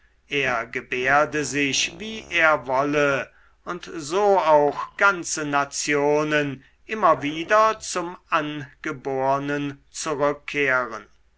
er gebärde sich wie er wolle und so auch ganze nationen immer wie der zum angebornen zurückkehren